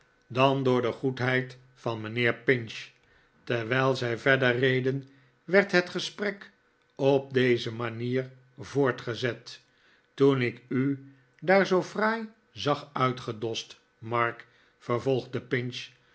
dan door de goedheid van mijnheer pinch terwijl zij verder reden werd het gesprek op deze manier voortgezet toen ik u daar zoo fraai zag uitgedost mark vervolgde pinch